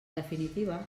definitiva